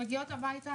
הגעתי הביתה,